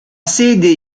sede